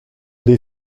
des